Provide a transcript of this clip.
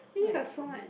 really got so much